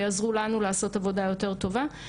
בהקשר להצעת החוק, ובכלל.